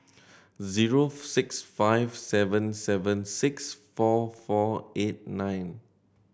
zero six five seven seven six four four eight nine